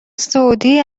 سعودی